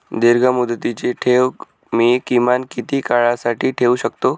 दीर्घमुदतीचे ठेव मी किमान किती काळासाठी ठेवू शकतो?